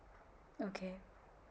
okay